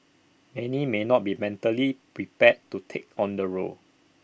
any may not be mentally prepared to take on the role